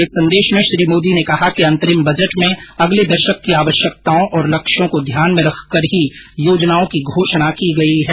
एक संदेश में श्री मोदी ने कहा कि अंतरिम बजट में अगले दशक की आवश्यकताओं और लक्ष्यों को ध्यान में रखकर ही योजनाओं की घोषणा की गई है